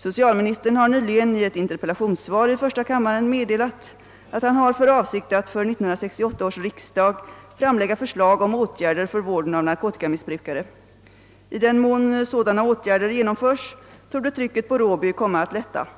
Socialministern har nyligen i ett interpellationssvar i första kammaren meddelat, att han har för avsikt att för 1968 års riksdag framlägga förslag om åtgärder för vården av narkotikamissbrukare. I den mån sådana åtgärder genomförs torde trycket på Råby komma att lätta.